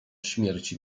śmierci